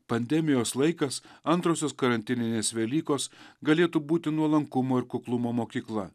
pandemijos laikas antrosios karantininės velykos galėtų būti nuolankumo ir kuklumo mokykla